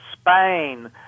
Spain